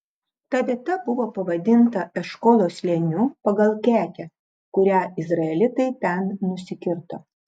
ta vieta buvo pavadinta eškolo slėniu pagal kekę kurią izraelitai ten nusikirto